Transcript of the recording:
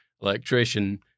electrician